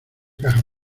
caja